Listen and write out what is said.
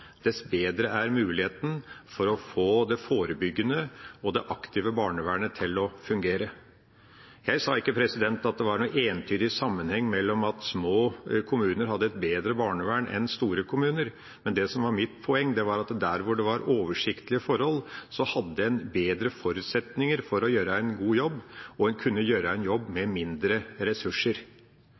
dess bedre oversikt en har, dess bedre er muligheten for å få det forebyggende og aktive barnevernet til å fungere. Jeg sa ikke at det var noen entydig sammenheng mellom at små kommuner hadde et bedre barnevern enn store kommuner. Det som var mitt poeng, var at der det var oversiktlige forhold, hadde en bedre forutsetninger for å gjøre en god jobb, og en kunne gjøre en jobb med mindre ressurser.